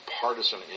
partisan